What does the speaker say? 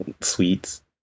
sweets